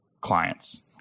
clients